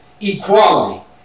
equality